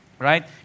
Right